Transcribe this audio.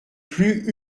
plus